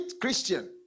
Christian